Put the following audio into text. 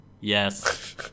Yes